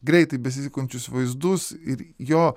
greitai besisukančius vaizdus ir jo